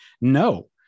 No